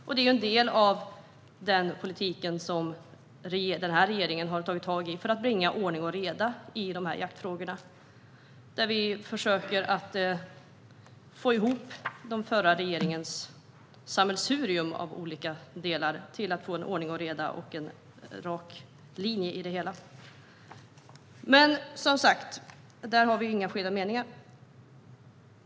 Den nuvarande regeringen har tagit tag i den delen av politiken för att bringa ordning och reda i jaktfrågorna, där vi försöker att få ihop den förra regeringens sammelsurium av olika delar till en rak linje. Där föreligger heller inga skilda meningar.